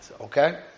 Okay